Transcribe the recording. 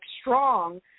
strong